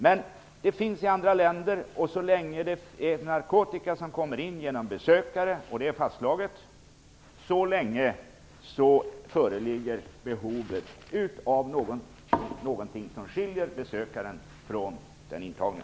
Men glasruta finns i andra länder, och så länge narkotika kommer in genom besökare - vilket är fastslaget - föreligger det ett behov av någonting som skiljer besökaren från den intagne.